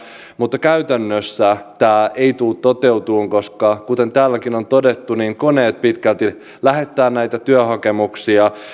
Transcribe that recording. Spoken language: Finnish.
mutta käytännössä tämä ei tule toteutumaan koska kuten täälläkin on todettu koneet pitkälti lähettävät näitä työhakemuksia